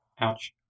Ouch